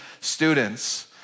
students